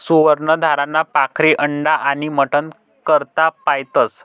सुवर्ण धाराना पाखरे अंडा आनी मटन करता पायतस